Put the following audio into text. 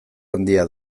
handia